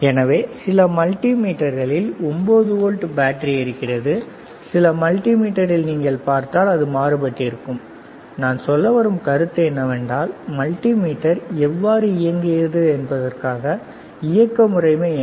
எனவே சில மல்டிமீட்டர்களில் 9 வோல்ட் பேட்டரி இருக்கிறது சில மல்டிமீட்டரில் நீங்கள் பார்த்தால் அது மாறுபட்டிருக்கும் நான் சொல்லவரும் கருத்து என்னவென்றால் மல்டிமீட்டர் எவ்வாறு இயங்குகிறது என்பதற்கான இயக்க முறைமை என்ன